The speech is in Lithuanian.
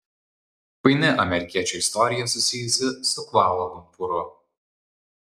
paini amerikiečio istorija susijusi su kvala lumpūru